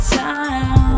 time